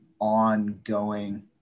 ongoing